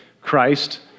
Christ